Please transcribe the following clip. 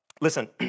listen